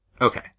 okay